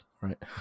right